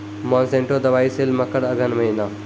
Monsanto दवाई sale मकर अघन महीना,